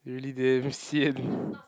really damn sian